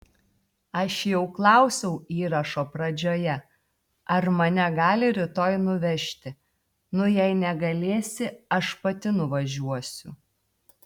aš jau klausiau įrašo pradžioje ar mane gali rytoj nuvežti nu jei negalėsi aš pati nuvažiuosiu